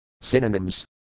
Synonyms